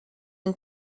and